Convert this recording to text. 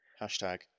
Hashtag